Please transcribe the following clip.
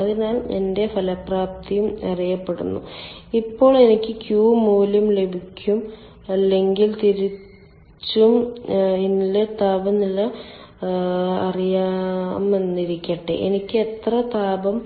അതിനാൽ എന്റെ ഫലപ്രാപ്തിയും അറിയപ്പെടുന്നു അപ്പോൾ എനിക്ക് Q മൂല്യം ലഭിക്കും അല്ലെങ്കിൽ തിരിച്ചും ഇൻലെറ്റ് താപനില അറിയാമെന്നിരിക്കട്ടെ എനിക്ക് എത്ര താപം